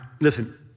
listen